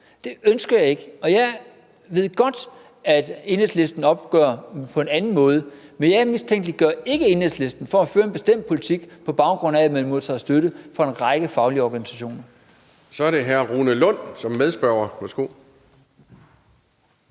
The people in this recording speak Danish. Det ønsker jeg ikke. Jeg ved godt, at Enhedslisten opgør det på en anden måde, men jeg mistænkeliggør ikke Enhedslisten for at føre en bestemt politik, på baggrund af at man modtager støtte fra en række faglige organisationer. Kl. 14:24 Anden næstformand